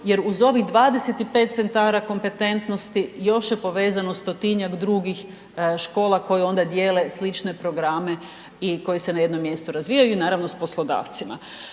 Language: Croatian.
jer uz ovih 25 centara kompetentnosti još je povezano 100-tinjak drugih škola koje onda dijele slične programe i koji se na jednom mjestu razvijaju i naravno s poslodavcima.